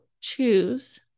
choose